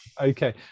okay